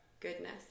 goodness